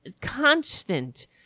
constant